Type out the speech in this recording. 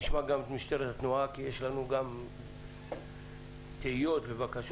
נשמע גם את משטרת התנועה כי יש לנו גם תהיות ובקשות,